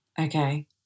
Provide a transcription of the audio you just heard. Okay